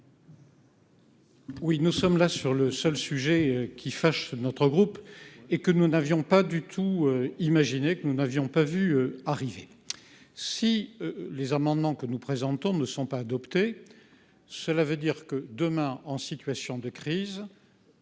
Oui, nous sommes là sur le seul sujet qui fâche : notre groupe et que nous n'avions pas du tout, imaginez que nous n'avions pas vu arriver si les amendements que nous présentons ne sont pas adoptés, cela veut dire que demain en situation de crise.